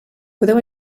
podeu